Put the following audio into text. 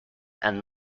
and